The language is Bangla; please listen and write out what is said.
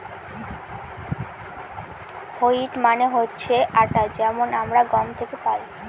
হোইট মানে হচ্ছে আটা যেটা আমরা গম থেকে পাই